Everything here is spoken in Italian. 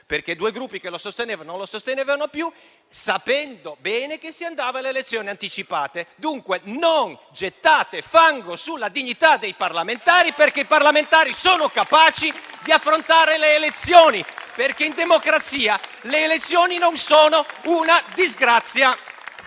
perché due dei Gruppi che lo sostenevano non lo sostenevano più, sapendo bene che si sarebbe andati ad elezioni anticipate. Dunque non gettate fango sulla dignità dei parlamentari perché i parlamentari sono capaci di affrontare le elezioni. Perché in democrazia le elezioni non sono una disgrazia.